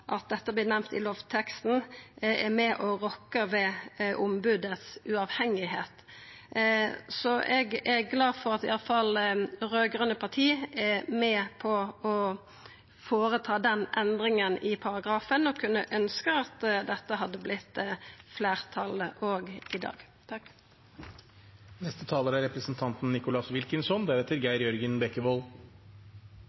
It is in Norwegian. rokka ved sjølvstendet til ombodet. Eg er glad for at i alle fall dei raud-grøne partia er med på å gjera den endringa i paragrafen, og kunne ønskt at dette hadde fått fleirtal i dag. Jeg er